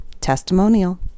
testimonial